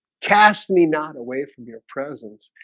cast me not away from your presence.